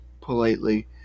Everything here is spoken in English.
politely